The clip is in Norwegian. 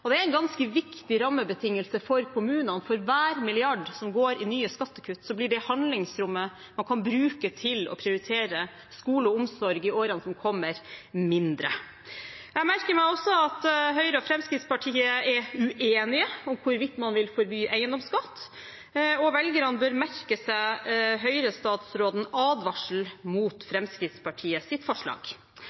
Det er en ganske viktig rammebetingelse for kommunene. For hver milliard som går til nye skattekutt, blir det handlingsrommet man kan bruke til å prioritere skole og omsorg i årene som kommer, mindre. Jeg merker meg også at Høyre og Fremskrittspartiet er uenige om hvorvidt man vil forby eiendomsskatt. Og velgerne bør merke seg Høyre-statsrådens advarsel mot Fremskrittspartiets forslag.